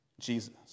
Jesus